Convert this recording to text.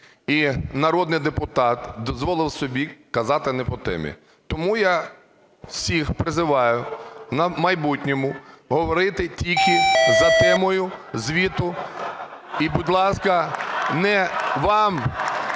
І народний депутат дозволив собі казати не по темі. Тому я всіх призиваю в майбутньому говорити тільки за темою звіту. (Шум у залі) І, будь ласка, не вам,